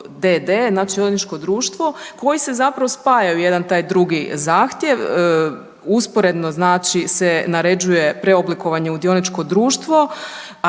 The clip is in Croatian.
d.d., znači dioničko društvo koji se zapravo spajaju jedan taj drugi zahtjev. Usporedno znači se naređuje preoblikovanje u dioničko drugo,